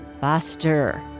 Buster